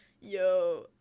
yo